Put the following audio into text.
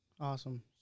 Awesome